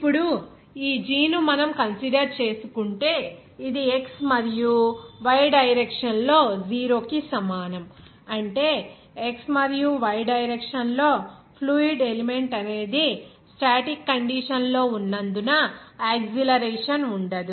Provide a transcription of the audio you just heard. ఇప్పుడు ఈ g ను మనం ఇక్కడ కన్సిడర్ చేసుకుంటే ఇది x మరియు y డైరెక్షన్ లో 0 కి సమానం అంటే x మరియు y డైరెక్షన్ లో ఫ్లూయిడ్ ఎలిమెంట్ అనేది స్టాటిక్ కండిషన్ లో ఉన్నందున యాక్సిలరేషన్ ఉండదు